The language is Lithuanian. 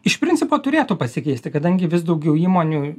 iš principo turėtų pasikeisti kadangi vis daugiau įmonių